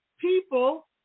people